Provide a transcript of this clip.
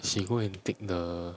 she go and tick the